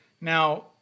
Now